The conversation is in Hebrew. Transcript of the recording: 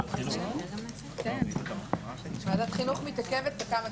הישיבה ננעלה בשעה 11:23.